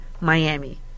Miami